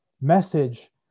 message